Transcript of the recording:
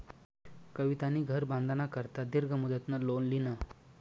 कवितानी घर बांधाना करता दीर्घ मुदतनं लोन ल्हिनं